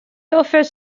offers